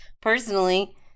personally